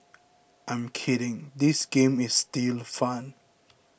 I'm kidding this game is still fun